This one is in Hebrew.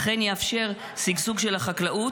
אכן יאפשר שגשוג של החקלאות.